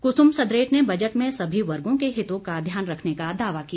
कुसुम सदरेट ने बजट में सभी वर्गों के हितों का ध्यान रखने का दावा किया